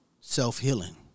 self-healing